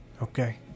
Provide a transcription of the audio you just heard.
Okay